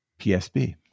PSB